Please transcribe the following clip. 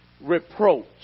reproach